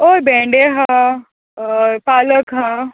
हय भेंडे आहा पालक आहा